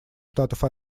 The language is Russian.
штатов